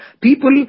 people